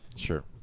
Sure